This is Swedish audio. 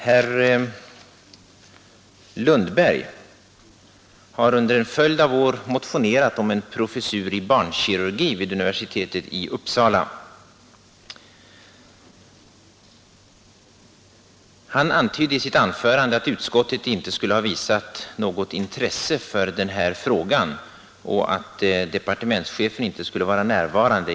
Herr Lundberg har under en följd av år motionerat om en professur i barnkirurgi vid universitetet i Uppsala. Han antydde i sitt anförande att utskottet inte skulle ha visat något intresse för denna fråga och att departementschefen inte skulle vara närvarande.